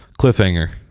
Cliffhanger